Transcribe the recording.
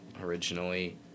originally